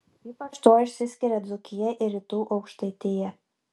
ypač tuo išsiskiria dzūkija ir rytų aukštaitija